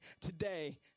today